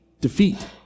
defeat